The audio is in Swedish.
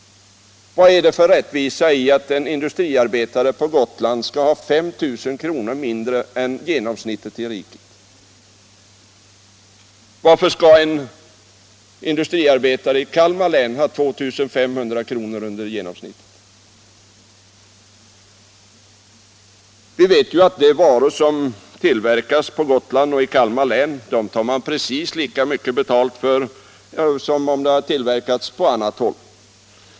Vad är det för rättvisa i att en in dustriarbetare på Gotland skall ha 5 000 kr. mindre än genomsnittet i riket? Varför skall en industriarbetare i Kalmar län ha 2 500 kr. under genomsnittet? Vi vet ju att för de varor som tillverkas på Gotland och i Kalmar län tar man precis lika mycket betalt som om de hade tillverkats på annat håll.